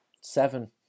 Seven